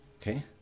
Okay